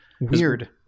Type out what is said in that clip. Weird